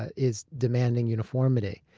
is demanding uniformity.